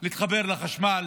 להתחבר לחשמל